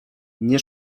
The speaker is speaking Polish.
nie